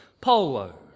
Polo